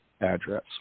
address